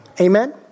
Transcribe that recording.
Amen